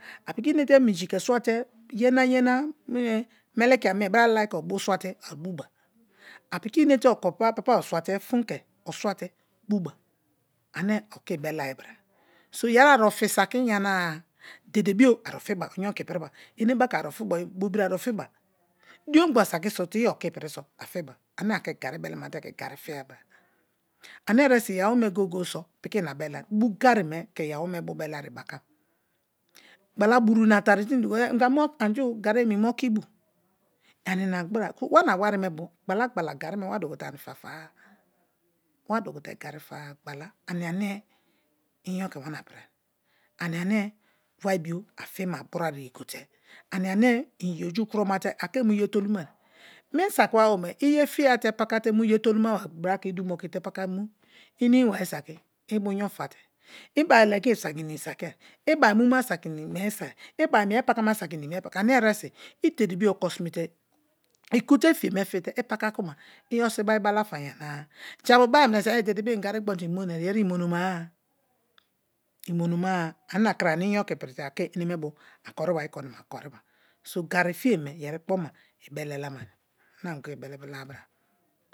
A piki enete minji ke swate ye na ye na milki ame bra lalai ke swa te o bu ba. A piki inete papa punki swa te bu bo ane oke ibelaibra yeri a ofi saki yana-a, dede bo a ofibe, enebaka a ofiba, bobori a ofiba din ogbo asaki so te i okepri so a fiba ane ke gari belema te ke gari fiye bra ane oresin iyaloome goge-goye so piki ina belai bu gari me ke iyanoome belarē bekan ghala buru ina tari te idoyo ye inga mu anju gari oki bu wana wari me bo ghalagbala gari me wa duku te ani fafara, wa dukute gari fara ani ane inyo ke wana prie ana ne wari bio a fi ma broi ye go te ani ane iyoju troma te ake mu ye toluma. Mi saki be awome iye fiya te paka mu te mu ye tolu maba bra ke idumo okite pakamu inimi bar saki ibu inayo fate i beba legi baki in isakie, i beha muma saki ini imie se, i beba mie pakama saki ini imie pakai ane ere sin i dede bio oko te iku te fiye me fite paka kuma, iyeri so i bar balafa yanara jupu bai meneso dede bo i gari gbon te i monai yeri imonoma-a, imonomaria ani na kra ani inyo ke iprite a ke eneme bo a kori bari korinama koriba so gari fiye me yeri kpoma i bele lanai, ane ani ke ibele bele bra.